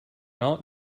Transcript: aunt